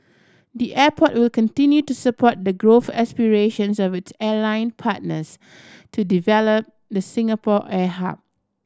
the airport will continue to support the growth aspirations of its airline partners to develop the Singapore air hub